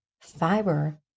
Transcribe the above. Fiber